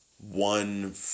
one